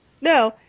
No